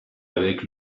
avec